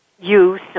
Use